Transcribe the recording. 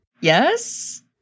Yes